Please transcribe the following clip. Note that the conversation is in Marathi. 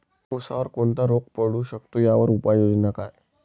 ऊसावर कोणता रोग पडू शकतो, त्यावर उपाययोजना काय?